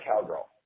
Cowgirl